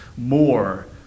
more